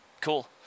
cool